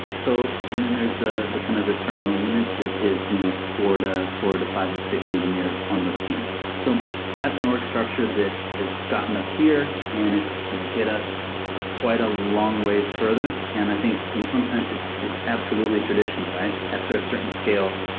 so and then there's the the kind of the terminal units is is you know four and four to five to six engineers on those teams. so that's an org structure that has gotten us here and it's going to get us quite a long ways further, and i think in some sense it's it's absolutely traditional, right? after a certain scale,